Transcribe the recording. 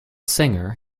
singer